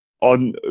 on